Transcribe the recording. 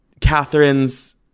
Catherine's